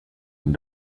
and